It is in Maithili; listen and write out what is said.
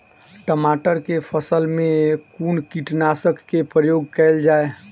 टमाटर केँ फसल मे कुन कीटनासक केँ प्रयोग कैल जाय?